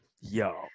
Yo